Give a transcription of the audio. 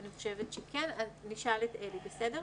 אני חושבת שכן, אז נשאל את אלי, בסדר?